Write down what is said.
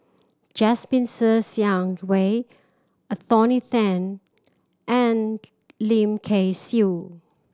Jasmine Ser Xiang Wei Anthony Then and Lim Kay Siu